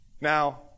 Now